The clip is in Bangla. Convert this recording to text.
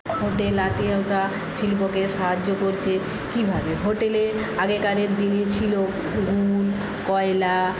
হোটেল লাটে ওঠা শিল্পকে সাহায্য করছে কীভাবে হোটেলে আগেকার দিনে ছিল গুল কয়লা